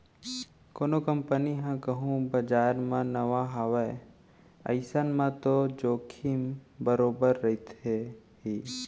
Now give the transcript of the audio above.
कोनो कंपनी ह कहूँ बजार म नवा हावय अइसन म तो जोखिम बरोबर रहिथे ही